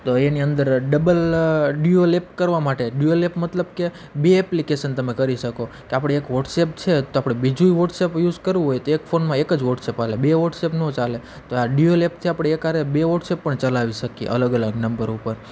તો એની અંદર ડબલ ડ્યુઅલ એપ કરવા માટે ડ્યુઅલ એપ મતલબ કે બે એપ્લિકેસન તમે કરી શકો કે આપણે એક વોટ્સેપ છે તો આપણે બીજુ પણ વોટ્સેપ યુસ કરવું હોય તો એક ફોનમાં એક જ વોટ્સેપ હાલે બે વોટ્સેપનો ચાલે તો આ ડ્યુઅલ એપથી આપણે એક હારે બે વોટ્સેપ પણ ચલાવી શકીએ અલગ અલગ નંબર ઉપર